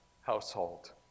household